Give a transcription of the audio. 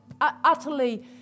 utterly